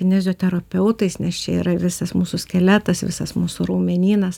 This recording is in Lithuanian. kineziterapeutais nes čia yra visas mūsų skeletas visas mūsų raumenynas